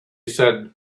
said